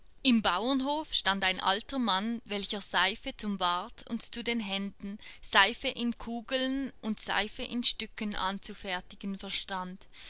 im bauernhof stand ein alter mann welcher seife zum bart und zu den händen seife in kugeln und seife in stücken anzufertigen verstand